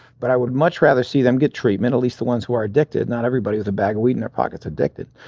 but i would much rather see them get treatment, at least the ones who are addicted. not everybody with a bag of weed in their pocket's addicted.